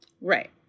Right